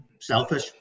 selfish